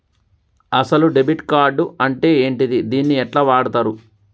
అసలు debit card అంటే ఏంటిది? దీన్ని ఎట్ల వాడుతరు?